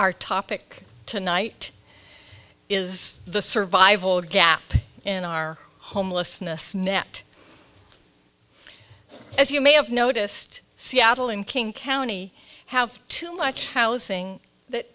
our topic tonight is the survival gap in our homelessness net as you may have noticed seattle and king county have too much housing that